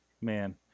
man